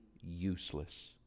useless